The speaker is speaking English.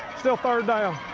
still third